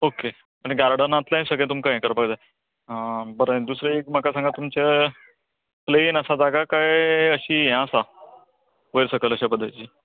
okay आनी गार्डनातलें सगळें तुमकां हें करपा जाय बरें दुसरें एक म्हाका सांगा तुमचें प्लेन आसा जागा काय अशी हें आसा वयर सकयल अश्या पद्दतीन